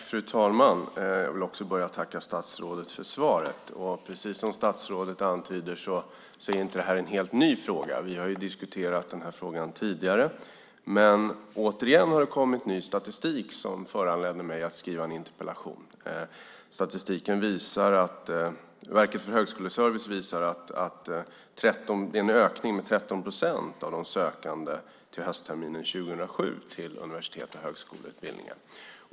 Fru talman! Jag vill tacka statsrådet för svaret. Precis som statsrådet antyder är det här inte en helt ny fråga. Vi har diskuterat den här frågan tidigare, men återigen har det kommit ny statistik som föranledde mig att skriva en interpellation. Verket för högskoleservice visar att det är en ökning med 13 procent av de sökande till höstterminen 2007 till universitet och högskoleutbildningar.